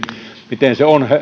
miten se on